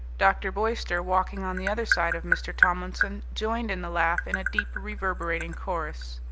dr. boyster, walking on the other side of mr. tomlinson, joined in the laugh in a deep, reverberating chorus.